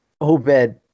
Obed-